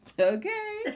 Okay